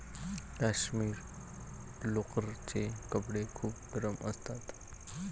काश्मिरी लोकरचे कपडे खूप गरम असतात